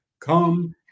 come